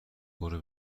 برو